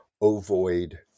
ovoid